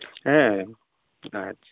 ᱦᱮᱸ ᱟᱪᱪᱷᱟ